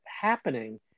happening